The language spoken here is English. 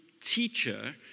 teacher